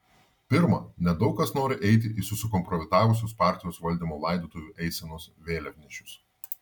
pirma nedaug kas nori eiti į susikompromitavusios partijos valdymo laidotuvių eisenos vėliavnešius